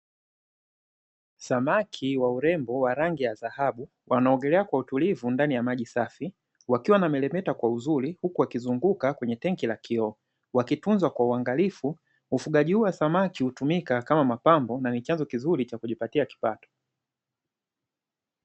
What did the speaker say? Samaki wa urembo wa rangi ya dhahabu, wanaogelea kwa utulivu ndani ya maji safi, wakiwa wanameremeta kwa uzuri huku wakizunguka kwenye tangi la kioo, wakitunzwa kwa uangalifu. Ufugaji huu wa samaki hutumika kama mapambo na ni chanzo kizuri cha kujipatia kipato.